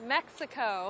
Mexico